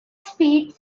speed